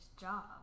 job